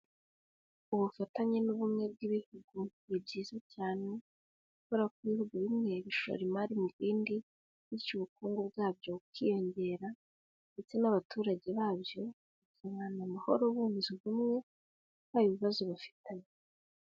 Ubufatanye n'ubumwe bw'ibihugu ni byiza cyane, kubera ko ibihugu bimwe bishora imari mu bindi bityo ubukungu bwabyo bukiyongera. Ndetse n'abaturage babyo bakabana amahoro bunze ubumwe nta bibazo bafitanye.